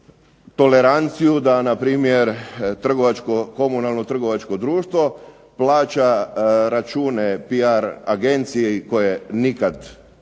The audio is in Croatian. toleranciju da trgovačko društvo plaća račune PR agencije koje nikada nisu